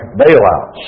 bailouts